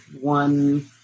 one